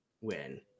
win